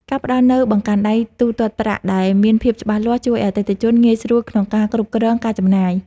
ការផ្ដល់នូវបង្កាន់ដៃទូទាត់ប្រាក់ដែលមានភាពច្បាស់លាស់ជួយឱ្យអតិថិជនងាយស្រួលក្នុងការគ្រប់គ្រងការចំណាយ។